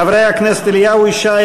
חברי הכנסת אליהו ישי,